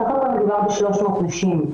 בסך הכול מדובר ב-300 נשים.